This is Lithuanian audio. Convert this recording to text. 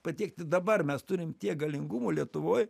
patiekti dabar mes turim tiek galingumo lietuvoj